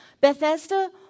Bethesda